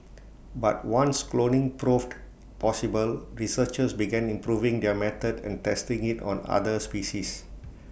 but once cloning proved possible researchers began improving their method and testing IT on other species